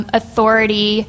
authority